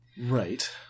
Right